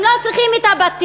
הם לא צריכים את הבתים.